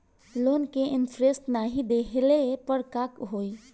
Loan के interest नाही देहले पर का होई?